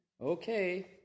Okay